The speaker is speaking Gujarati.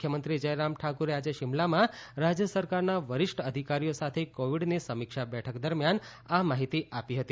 મુખ્યમંત્રી જયરામ ઠાકુરે આજે શિમલામાં રાજ્ય સરકારના વરિષ્ઠ અધિકારીઓ સાથે કોવિડની સમીક્ષા બેઠક દરમિયાન આ માહિતી આપી હતી